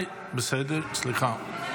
בסדר, סליחה.